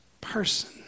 person